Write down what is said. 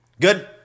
Good